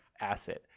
asset